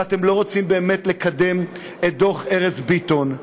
ואתם לא באמת רוצים לקדם את דוח ארז ביטון.